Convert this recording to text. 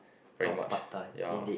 very much ya